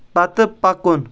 پتہٕ پکُن